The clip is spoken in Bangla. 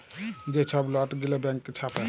যে ছব লট গিলা ব্যাংক ছাপে